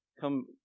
come